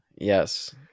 Yes